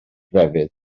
grefydd